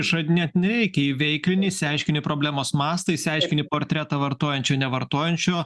išradinėt nereikia įveiklini išsiaiškini problemos mastą išsiaiškini portretą vartojančio nevartojančio